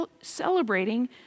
celebrating